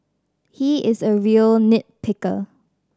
he is a real nit picker